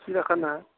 सिरियाखाना